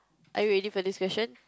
are you ready for this session